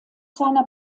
seiner